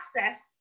access